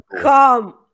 come